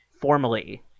formally